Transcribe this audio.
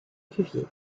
cuvier